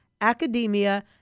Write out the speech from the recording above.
academia